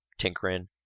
tinkering